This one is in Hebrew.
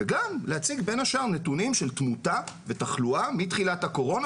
וגם להציג בין השאר נתונים של תמותה ותחלואה מתחילת הקורונה,